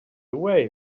away